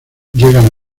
llegan